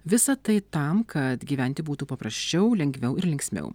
visa tai tam kad gyventi būtų paprasčiau lengviau ir linksmiau